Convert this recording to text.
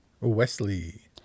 Wesley